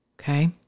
Okay